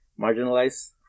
marginalized